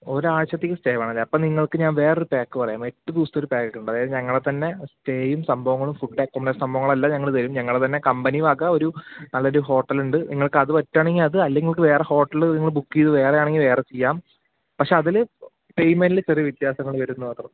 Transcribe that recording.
ഒരാഴ്ച്ചത്തേക്ക് stay വേണം അല്ലേ അപ്പോൾ നിങ്ങൾക്ക് വേറൊരു പാക്ക് പറയാം എട്ടു ദിവസത്തെ ഒരു പാക്ക് ഉണ്ട് അതായത് ഞങ്ങളെ തന്നെ സ്റ്റേയും സംഭവങ്ങളും ഫുഡും അക്കോമഡേഷനും സംഭവങ്ങൾ എല്ലാം ഞങ്ങൾ തരും ഞങ്ങളെ തന്നെ കമ്പനി വക ഒരു നാല്ലൊരു ഹോട്ടൽ ഉണ്ട് നിങ്ങൾക്ക് അത് പറ്റുകയാണെങ്കിൽ അത് അല്ലെങ്കിൽ നിങ്ങൾക്ക് വേറെ ഹോട്ടല് നിങ്ങൾ ബുക്ക് ചെയ്ത് വേറെ ആണെങ്കിൽ വേറെ ചെയ്യാം പക്ഷെ അതിൽ പേയ്മെന്റിൽ ചെറിയ വ്യത്യാസങ്ങൾ വരും എന്നു മാത്രം